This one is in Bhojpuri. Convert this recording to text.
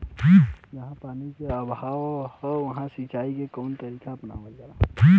जहाँ पानी क अभाव ह वहां सिंचाई क कवन तरीका अपनावल जा?